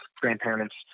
grandparents